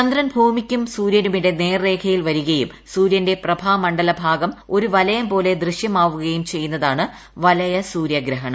ചന്ദ്രൻ ഭൂമിയ്ക്കും സൂര്യനുമിടെ നേർരേഖയിൽ വരികയും സൂര്യന്റെ പ്രഭാമണ്ഡലഭാഗം ഒരു വലയം പോലെ ദൃശ്യമാവുകയും ചെയ്യുന്നതാണ് വലയ സൂര്യഗ്രഹണം